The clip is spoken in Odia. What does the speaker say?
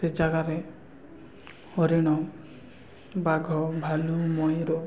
ସେ ଜାଗାରେ ହରିଣ ବାଘ ଭାଲୁ ମୟୁର